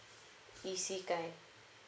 E_C kind